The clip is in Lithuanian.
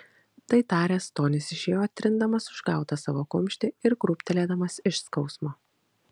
tai taręs tonis išėjo trindamas užgautą savo kumštį ir krūptelėdamas iš skausmo